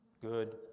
good